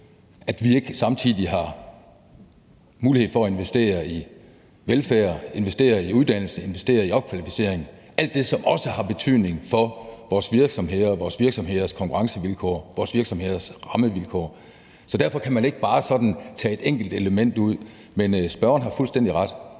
hvis ikke vi samtidig har mulighed for at investere i velfærd, investere i uddannelse, investere i opkvalificering – alt det, som også har betydning for vores virksomheder og vores virksomheders konkurrencevilkår og vores virksomheders rammevilkår. Derfor kan man ikke bare sådan tage et enkelt element ud, men spørgeren har fuldstændig ret.